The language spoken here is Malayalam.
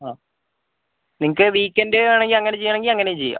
ആ നിങ്ങൾക്ക് വീക്കെൻഡ് വേണമെങ്കിൽ അങ്ങനെ ചെയ്യണമെങ്കിൽ അങ്ങനേയും ചെയ്യാം